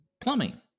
plumbing